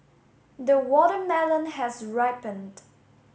the watermelon has ripened